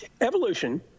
evolution